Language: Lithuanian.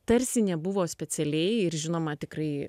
tarsi nebuvo specialiai ir žinoma tikrai